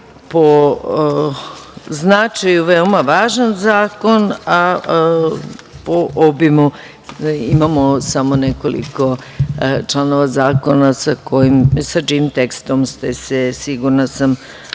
po značaju veoma važan zakon, a po obimu imamo samo nekoliko članova zakona, sa čijim tekstom ste se, sigurna sam,